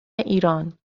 ایران